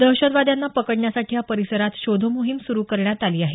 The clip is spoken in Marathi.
दहशतवाद्यांना पकडण्यासाठी या परिसरात शोधमोहीम सुरु करण्यात आली आहे